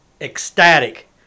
ecstatic